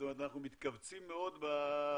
זאת אומרת אנחנו מתכווצים מאוד בנתונים,